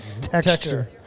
texture